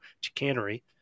chicanery